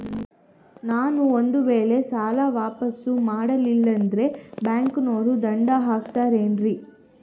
ನಾನು ಒಂದು ವೇಳೆ ಸಾಲ ವಾಪಾಸ್ಸು ಮಾಡಲಿಲ್ಲಂದ್ರೆ ಬ್ಯಾಂಕನೋರು ದಂಡ ಹಾಕತ್ತಾರೇನ್ರಿ?